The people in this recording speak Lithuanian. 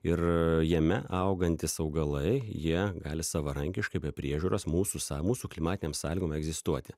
ir jame augantys augalai jie gali savarankiškai be priežiūros mūsų sa mūsų klimatinėm sąlygom egzistuoti